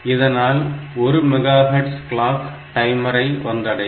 இதனால் 1 megahertz clock டைமரை வந்தடையும்